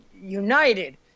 United